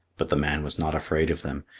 but the man was not afraid of them,